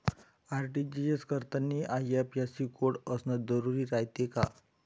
RTGS करतांनी IFSC code असन जरुरी रायते का?